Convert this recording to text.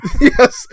Yes